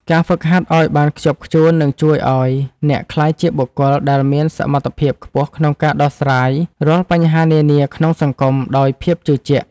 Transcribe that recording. ការហ្វឹកហាត់ឱ្យបានខ្ជាប់ខ្ជួននឹងជួយឱ្យអ្នកក្លាយជាបុគ្គលដែលមានសមត្ថភាពខ្ពស់ក្នុងការដោះស្រាយរាល់បញ្ហានានាក្នុងសង្គមដោយភាពជឿជាក់។